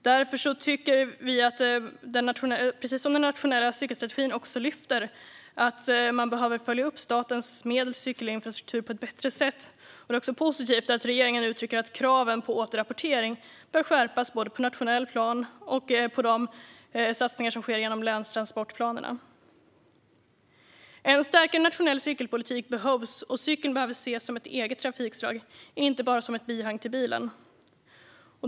Därför tycker vi, vilket också lyfts fram i den nationella cykelstrategin, att man behöver följa upp statens medel till cykelinfrastruktur på ett bättre sätt. Det är också positivt att regeringen uttrycker att kraven på återrapportering bör skärpas både på nationellt plan och på de satsningar som sker genom länstransportplanerna. En starkare nationell cykelpolitik behövs, och cykeln behöver ses som ett eget trafikslag, inte bara ett bihang till bilen.